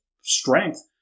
strength